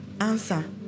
answer